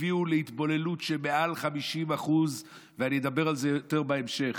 הביאו להתבוללות של מעל 50% ואני אדבר על זה יותר בהמשך,